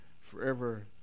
forever